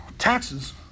Taxes